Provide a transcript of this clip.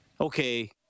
okay –